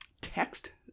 text